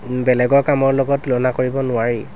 বেলেগৰ কামৰ লগত তুলনা কৰিব নোৱাৰি